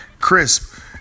crisp